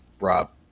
Rob